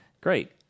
Great